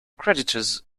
creditors